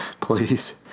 Please